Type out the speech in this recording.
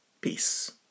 Peace